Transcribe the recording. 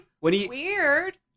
Weird